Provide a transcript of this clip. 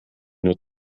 nur